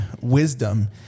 wisdom